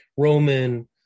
roman